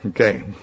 Okay